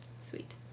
Sweet